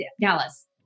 dallas